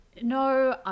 No